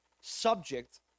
subject